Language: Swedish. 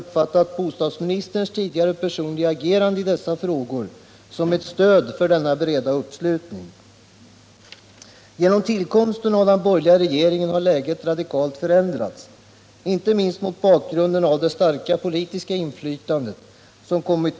Självklart skall vi, sedan samhället fastlagt dessa övergripande ramar för hur de industriella processerna i skogsbruk får bedrivas, ha ett rationellt och välutvecklat skogsbruk. Detta är av avgörande betydelse för hela vårt lands utveckling och välstånd.